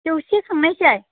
जौसे खांनोसै